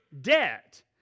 debt